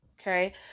Okay